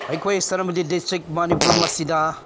ꯑꯩꯈꯣꯏ ꯁꯦꯅꯥꯄꯇꯤ ꯗꯤꯁꯇ꯭ꯔꯤꯛ ꯃꯅꯤꯄꯨꯔ ꯃꯁꯤꯗ